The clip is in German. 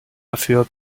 dafür